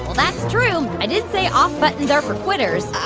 that's true. i did say off buttons are for quitters.